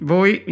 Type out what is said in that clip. Voi